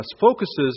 focuses